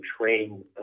train